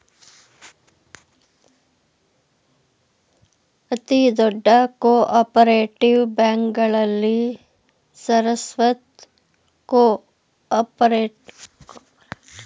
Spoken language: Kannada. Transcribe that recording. ಅತಿ ದೊಡ್ಡ ಕೋ ಆಪರೇಟಿವ್ ಬ್ಯಾಂಕ್ಗಳಲ್ಲಿ ಸರಸ್ವತ್ ಕೋಪರೇಟಿವ್ ಬ್ಯಾಂಕ್ ಸಹ ಒಂದು